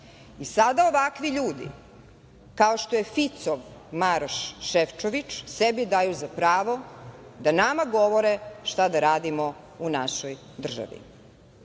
ovakvi ljudi, kao što je Ficov, Maroš, Šefčovič sebi daju za pravo da nama govore šta da radimo u našoj državi.